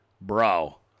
bro